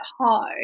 home